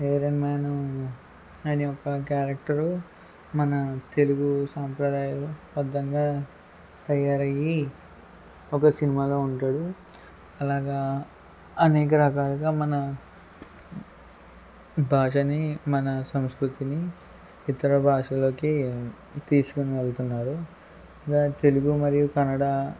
iron Man అని ఒక character మన తెలుగు సాంప్రదాయబద్ధంగా తయారయ్యి ఒక సినిమాలో ఉంటాడు అలాగా అనేక రకాలుగా మనం భాషని మన సంస్కృతిని ఇతర భాషలోకి తీసుకుని వెళ్తున్నారు అలా తెలుగు మరియు కన్నడ